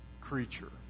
creature